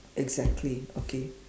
exactly okay